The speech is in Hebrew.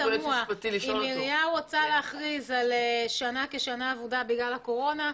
אם עירייה רוצה להכריז על שנה כשנה אבודה בגלל הקורונה,